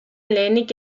lehenik